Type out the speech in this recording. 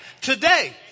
Today